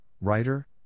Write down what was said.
Writer